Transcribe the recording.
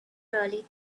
really